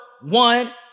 one